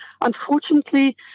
unfortunately